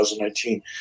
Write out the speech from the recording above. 2019